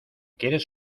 quieres